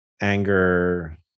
anger